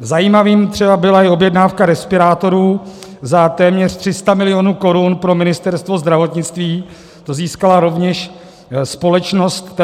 Zajímavým třeba byla i objednávka respirátorů za téměř 300 milionů korun pro Ministerstvo zdravotnictví, to získala rovněž společnost